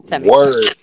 word